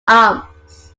arms